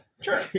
Sure